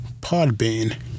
Podbean